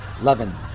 Levin